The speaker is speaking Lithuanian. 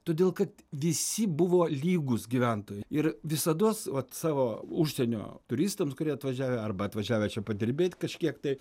todėl kad visi buvo lygūs gyventojai ir visados vat savo užsienio turistams kurie atvažiavę arba atvažiavę čia padirbėt kažkiek tai